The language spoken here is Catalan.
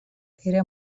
era